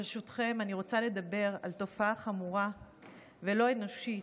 ברשותכם אני רוצה לדבר על תופעה חמורה ולא אנושית,